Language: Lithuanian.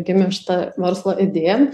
gimė šita verslo idėja